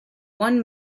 one